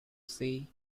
see